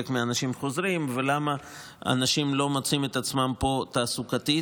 מהאנשים חוזרים ולמה אנשים לא מוצאים את עצמם פה תעסוקתית,